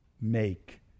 make